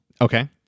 okay